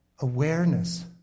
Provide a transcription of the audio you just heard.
awareness